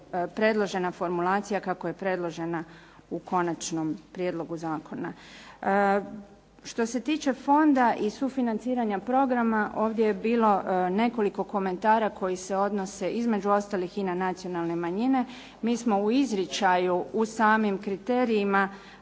predložena formulacija kako je predložena u konačnom prijedlogu zakona. Što se tiče fonda i sufinanciranja programa ovdje je bilo nekoliko komentara koji se odnose između ostalih i na nacionalne manjine. Mi smo u izričaju u samim kriterijima,